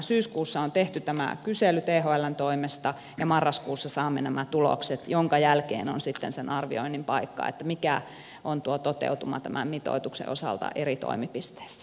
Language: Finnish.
syyskuussa on tehty tämä kysely thln toimesta ja marraskuussa saamme nämä tulokset minkä jälkeen on sitten sen arvioinnin paikka mikä on tuo toteutuma tämän mitoituksen osalta eri toimipisteissä